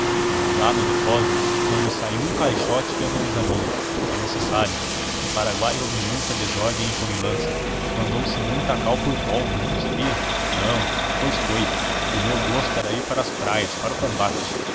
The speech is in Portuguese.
lá no depósito não me sai um caixote que eu não examine é necessário no paraguai houve muita desordem e comilança mandou se muita cal por pólvora não sabia não pois foi o meu gosto era ir para as praias para o combate